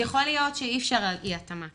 יכול להיות שאי אפשר על אי-התאמה,